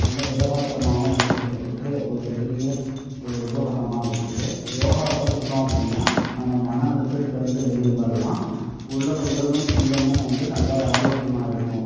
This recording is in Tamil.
நல்ல திடகாத்திரமாகவும் வைத்துக்கிறதுக்கு ஒரு பெரிய ஒரு உபகரணமாக இருக்குது யோகா கற்றுக்கிட்டோம் அப்படின்னா நம்ம மன அழுத்தத்திலேருந்து வெளியில் வரலாம் உள்ளது உடலும் உள்ளமும் வந்து நல்ல ஆரோக்கியமாக இருக்கும்